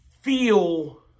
feel